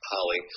Holly